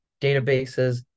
databases